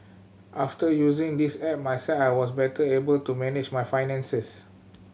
after using this app myself I was better able to manage my finances